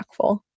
impactful